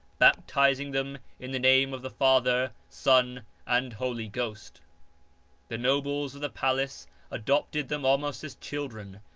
baptising them in the name of the father, son and holy ghost the nobles of the palace adopted them almost as children,